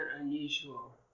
unusual